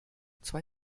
zwei